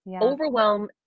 overwhelm